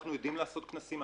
אנחנו יודעים לעשות כנסים,